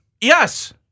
Yes